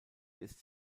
ist